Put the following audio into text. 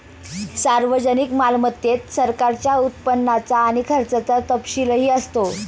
सार्वजनिक मालमत्तेत सरकारच्या उत्पन्नाचा आणि खर्चाचा तपशीलही असतो